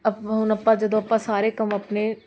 ਆਪਾਂ ਹੁਣ ਆਪਾਂ ਜਦੋਂ ਆਪਾਂ ਸਾਰੇ ਕੰਮ ਆਪਣੇ